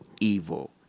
evil